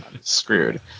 screwed